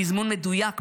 בתזמון מדויק,